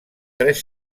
tres